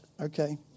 okay